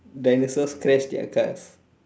dinosaurs crash their cars